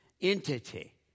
entity